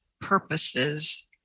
purposes